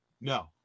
no